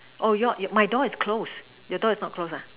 oh your my door is closed your door is not closed ah